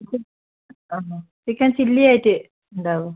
chicken ചില്ലിയായിട്ട് ഉണ്ടാകുമോ